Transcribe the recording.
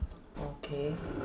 okay